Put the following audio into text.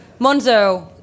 Monzo